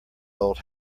old